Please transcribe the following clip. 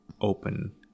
open